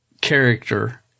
character